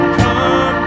come